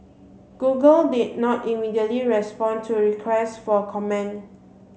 google did not immediately respond to requests for comment